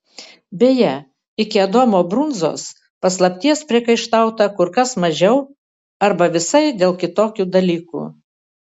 beje iki adomo brunzos paslapties priekaištauta kur kas mažiau arba visai dėl kitokių dalykų